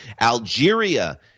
Algeria